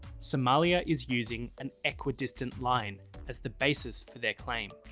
somalia is using an equidistant line as the basis for their claim.